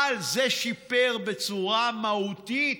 אבל זה שיפר בצורה מהותית